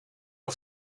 het